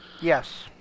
Yes